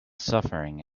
suffering